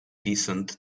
decent